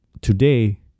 Today